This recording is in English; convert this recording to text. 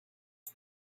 are